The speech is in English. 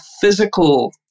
physical